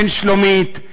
אין שלומית,